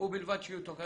וככל שיהיה בכך צורך,